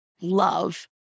love